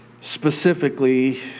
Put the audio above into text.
Specifically